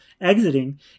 exiting